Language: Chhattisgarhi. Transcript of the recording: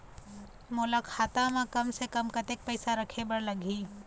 मोला खाता म कम से कम कतेक पैसा रखे बर लगही?